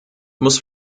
muss